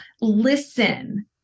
listen